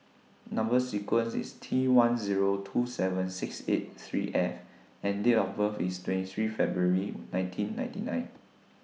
Number sequence IS T one Zero two seven six eight three F and Date of birth IS twenty three February nineteen ninety nine